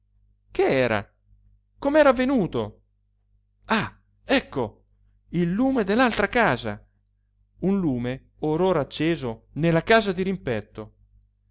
che era com'era avvenuto ah ecco il lume dell'altra casa un lume or ora acceso nella casa dirimpetto